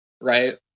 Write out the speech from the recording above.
right